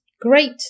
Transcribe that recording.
great